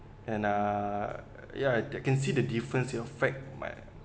and uh ya I can see the difference you know affect my